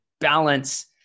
balance